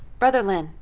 brother lin,